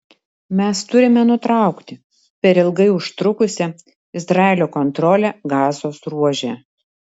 mes turime nutraukti per ilgai užtrukusią izraelio kontrolę gazos ruože